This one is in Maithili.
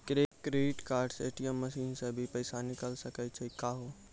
क्रेडिट कार्ड से ए.टी.एम मसीन से भी पैसा निकल सकै छि का हो?